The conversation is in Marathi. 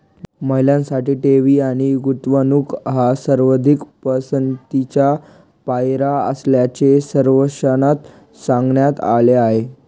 महिलांसाठी ठेवी आणि गुंतवणूक हा सर्वाधिक पसंतीचा पर्याय असल्याचे सर्वेक्षणात सांगण्यात आले आहे